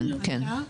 כן, כן.